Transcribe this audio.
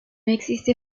existe